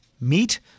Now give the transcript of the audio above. meet